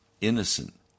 innocent